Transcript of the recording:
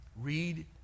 read